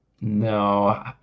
No